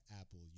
Apple